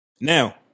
Now